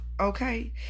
okay